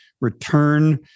return